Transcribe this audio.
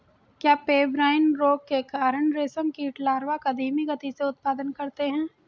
क्या पेब्राइन रोग के कारण रेशम कीट लार्वा का धीमी गति से उत्पादन करते हैं?